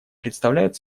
представляют